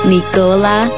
Nicola